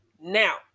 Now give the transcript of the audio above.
Now